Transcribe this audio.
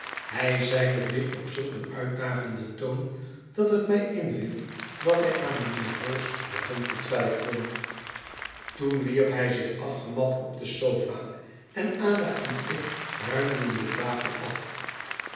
hij zeide dit op zulk een uitdagenden toon dat het mij inviel dat hij aan mijnheer vholes begon te twijfelen toen wierp hij zich afgemat op de sofa en ada en ik ruimden de tafel af